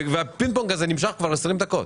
והפינג פונג הזה נמשך כבר עשרים דקות.